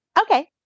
Okay